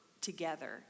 together